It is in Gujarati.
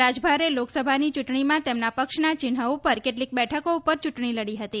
રાજભારે લોકસભાની ચૂંટણીમાં તેમના પક્ષના ચિહ્ન ઉપર કેટલીક બેઠકો ઉપર ચૂંટણી લડી હતી